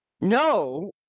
No